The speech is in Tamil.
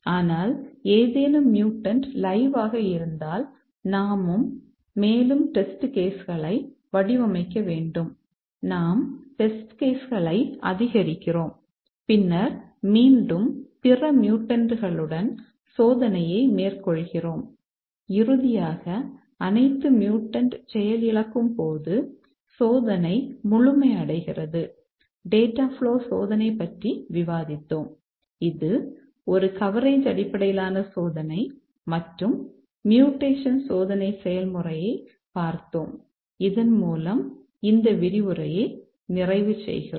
ஆனால் ஏதேனும் மியூடன்ட் சோதனை பற்றி விவாதித்தோம் இது ஒரு கவரேஜ் அடிப்படையிலான சோதனை மற்றும் மியூடேஷன் சோதனை செயல்முறையைப் பார்த்தோம் இதன் மூலம் இந்த விரிவுரையை நிறைவு செய்கிறோம்